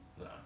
No